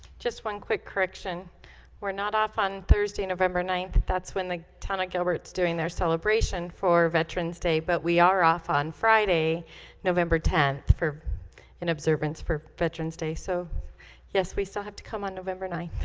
just one quick correction we're not off on thursday, november ninth that's when the town of gilbert's doing their celebration for veterans day but we are off on friday november tenth for in observance for veterans day so yes, we still have to come on november ninth